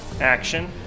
action